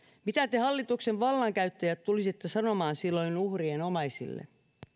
mitä te hallituksen vallankäyttäjät tulisitte sanomaan silloin uhrien omaisille